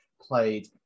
played